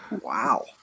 Wow